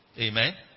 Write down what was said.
Amen